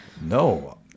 no